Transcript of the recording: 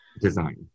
design